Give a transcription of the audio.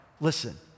listen